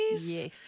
Yes